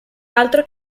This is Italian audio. altro